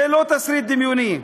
זה לא תסריט דמיוני.